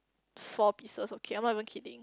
four pieces of cake I'm not even kidding